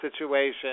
situation